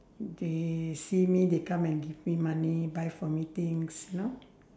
they see me they come and give me money buy for me things you know